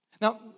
Now